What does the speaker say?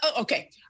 Okay